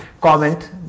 comment